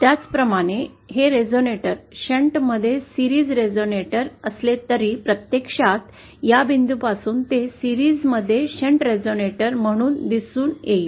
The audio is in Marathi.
त्याचप्रमाणेहे रेझोनेटर शंट मध्ये मालिका रेझोनेटर असले तरी प्रत्यक्षात या बिंदू पासून ते मालिका मध्ये शंट रेझोनेटर म्हणून दिसून येईल